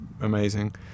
amazing